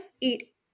eat